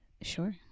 sure